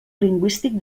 lingüístic